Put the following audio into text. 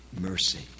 mercy